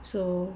so